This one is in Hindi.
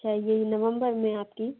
है यही नवंबर में आपकी